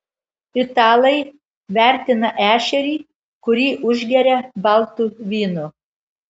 italai vertina ešerį kurį užgeria baltu vynu